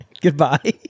goodbye